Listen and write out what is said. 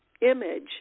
image